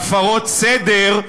בהפרות סדר,